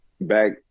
back